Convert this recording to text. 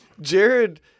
Jared